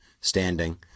standing